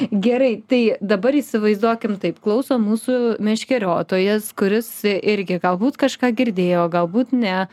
gerai tai dabar įsivaizduokim taip klauso mūsų meškeriotojas kuris irgi galbūt kažką girdėjo galbūt ne